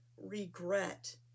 Regret